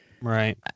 Right